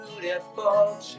beautiful